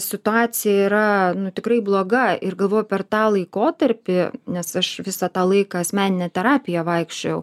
situacija yra nu tikrai bloga ir galvoju per tą laikotarpį nes aš visą tą laiką asmeninę terapiją vaikščiojau